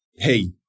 Hey